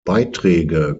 beiträge